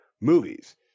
movies